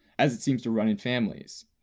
as it seems to run in families.